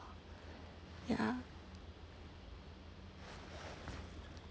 ya